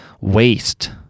waste